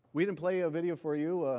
we even played a video for you,